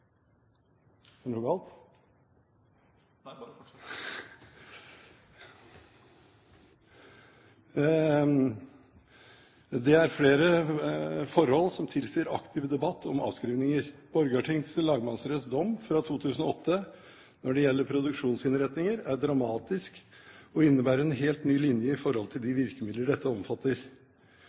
Det er flere forhold som tilsier aktiv debatt om avskrivninger. Borgarting lagmannsretts dom fra 2008 når det gjelder produksjonsinnretninger, er dramatisk, og innebærer en helt ny linje i forhold til de virkemidler dette omfatter.